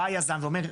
בא היזם ואומר,